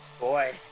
Boy